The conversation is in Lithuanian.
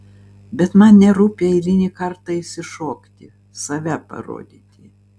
bet man nerūpi eilinį kartą išsišokti save parodyti